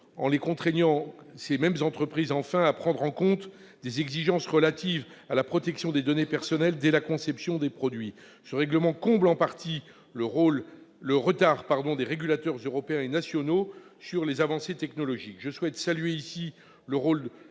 il contraint ces mêmes entreprises à prendre en compte des exigences relatives à la protection des données personnelles dès la conception des produits. Ce règlement permet de combler en partie le retard des régulateurs européens et nationaux sur les avancées technologiques. Je souhaite saluer ici le rôle